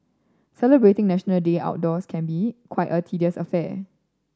celebrating National Day outdoors can be quite a tedious affair